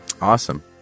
Awesome